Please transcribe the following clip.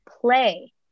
play